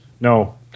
No